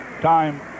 Time